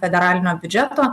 federalinio biudžeto